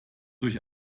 durch